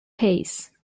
pace